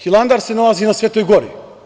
Hilandar se nalazi na Svetoj gori.